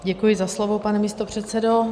Děkuji za slovo, pane místopředsedo.